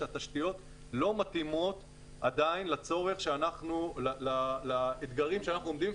שהתשתיות לא מתאימות עדיין לצורך ולאתגרים בפניהם אנחנו עומדים,